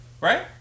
right